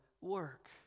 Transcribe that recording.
work